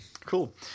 Cool